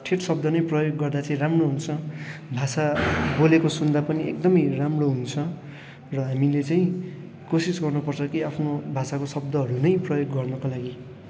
ठेट शब्द नै प्रयोग गर्दा चाहिँ राम्रो हुन्छ भाषा बोलेको सुन्दा पनि एकदमै राम्रो हुन्छ र हामीले चाहिँ कोसिस गर्नु पर्छ कि आफ्नो भाषाको शब्दहरू नै प्रयोग गर्नको लागि